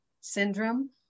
syndrome